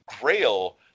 Grail